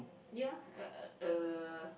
ya uh uh